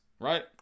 right